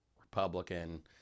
Republican